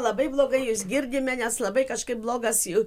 labai blogai jus girdime nes labai kažkaip blogas jų